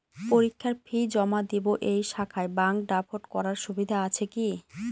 পরীক্ষার ফি জমা দিব এই শাখায় ব্যাংক ড্রাফট করার সুবিধা আছে কি?